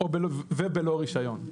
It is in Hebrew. ובלא רישיון.